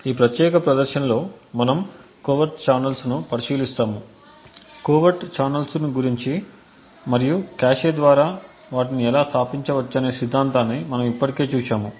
ఈ ప్రత్యేక ప్రదర్శన లో మనం కోవెర్ట్ ఛానల్స్ను పరిశీలిస్తాము కోవెర్ట్ ఛానల్స్ గురించి మరియు కాష్ ద్వారా వాటిని ఎలా స్థాపించవచ్చనే సిద్ధాంతాన్ని మనం ఇప్పటికే చూశాము